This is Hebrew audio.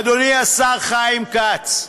אדוני השר חיים כץ,